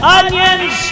onions